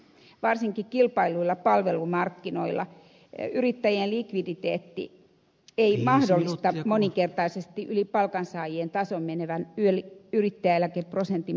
varsinkaan kilpailuilla palvelumarkkinoilla yrittäjien likviditeetti ei mahdollista moninkertaisesti yli palkansaajien tason menevän yrittäjäeläkeprosentin maksamista